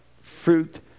Fruit